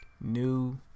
new